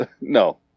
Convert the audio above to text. no